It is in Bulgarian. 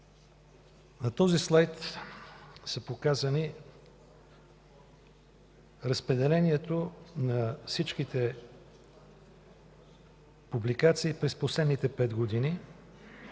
На този слайд е показано разпределението на всичките публикации през последните пет години.